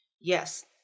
Yes